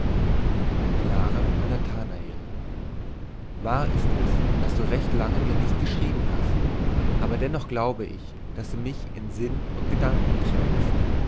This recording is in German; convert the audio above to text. clara an nathanael wahr ist es daß du recht lange mir nicht geschrieben hast aber dennoch glaube ich daß du mich in sinn und gedanken trägst